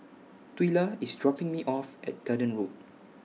Twila IS dropping Me off At Garden Road